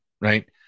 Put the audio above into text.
right